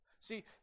See